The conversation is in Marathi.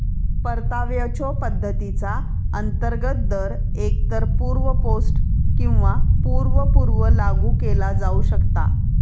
परताव्याच्यो पद्धतीचा अंतर्गत दर एकतर पूर्व पोस्ट किंवा पूर्व पूर्व लागू केला जाऊ शकता